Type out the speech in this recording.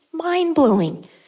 mind-blowing